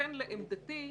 לכן לעמדתי,